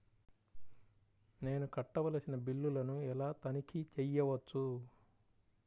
నేను కట్టవలసిన బిల్లులను ఎలా తనిఖీ చెయ్యవచ్చు?